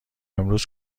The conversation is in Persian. امروز